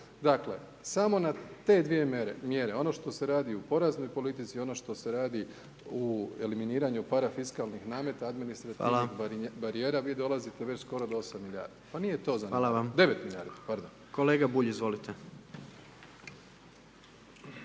Dakle, samo na te dvije mjere, ono što se radi u poreznoj politici, ono što se radi u eliminiranju parafiskalnih nameta, administrativnih …/Upadica: Hvala/… barijera, vi dolazite već skoro do 8 milijardi, pa nije to zanemarivo, …/Upadica: Hvala